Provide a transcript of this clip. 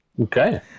Okay